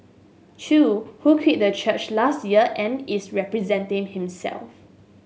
Chew who quit the church last year and is representing himself